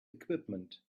equipment